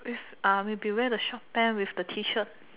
with uh maybe wear the short pant with the T shirt